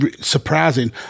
surprising